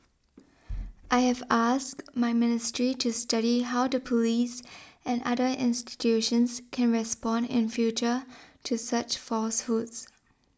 I have asked my ministry to study how the police and other institutions can respond in future to such falsehoods